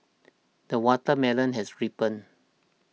the watermelon has ripened